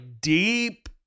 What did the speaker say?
deep